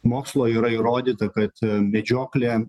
mokslo yra įrodyta kad medžioklė